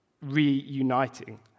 reuniting